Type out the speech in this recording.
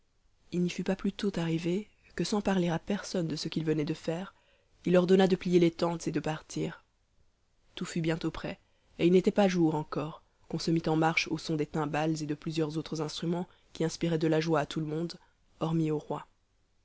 il n'y fut pas plus tôt arrivé que sans parler à personne de ce qu'il venait de faire il ordonna de plier les tentes et de partir tout fut bientôt prêt et il n'était pas jour encore qu'on se mit en marche au son des timbales et de plusieurs autres instruments qui inspiraient de la joie à tout le monde hormis au roi